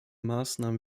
maßnahmen